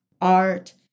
art